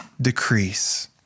decrease